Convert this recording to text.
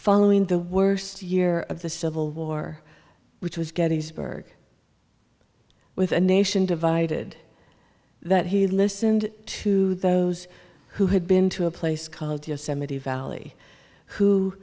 following the worst year of the civil war which was getting this burg with a nation divided that he listened to those who had been to a place calle